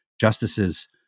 justices